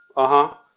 ah huh?